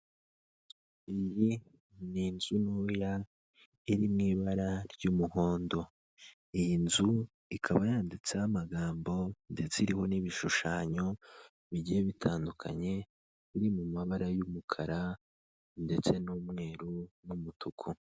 Iyi ni inzu ntoya iri mu ibara ry'umuhondo. Iyi nzu ikaba yanditseho amagambo ndetse iriho n'ibishushanyo bigiye bitandukanye, biri mu mabara y'umukara ndetse n'umweru n'umutuku.